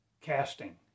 casting